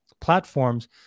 platforms